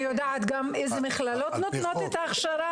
אני יודעת גם אילו מכללות נותנות את ההכשרה.